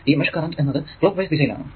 ഈ mesh current എന്നത് clockwise ദിശയിൽ ആണ്